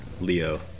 Leo